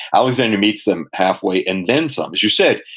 alexander meets them halfway and then some. as you said,